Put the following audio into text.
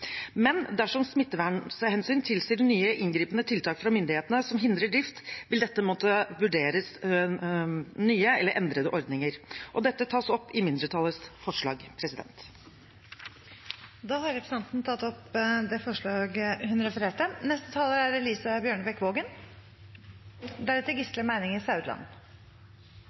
Men dersom smittevernhensyn tilsier nye inngripende tiltak fra myndighetene som hindrer drift, vil det måtte vurderes nye eller endrede ordninger. Dette tas opp i mindretallets forslag. Representanten Heidi Nordby Lunde har tatt opp det forslaget hun refererte